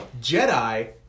Jedi